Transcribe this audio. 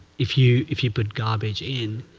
if you if you put garbage in,